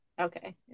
okay